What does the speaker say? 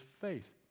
faith